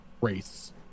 race